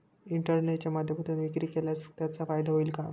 इंटरनेटच्या माध्यमातून विक्री केल्यास त्याचा फायदा होईल का?